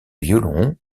violon